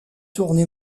tournée